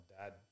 dad